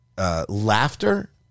Laughter